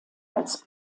als